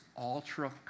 ultra